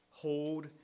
Hold